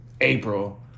April